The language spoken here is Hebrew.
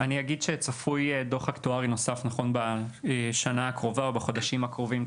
צפוי דוח אקטוארי נוסף בשנה הקרובה או בחודשים האחרונים,